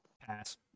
Pass